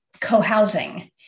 co-housing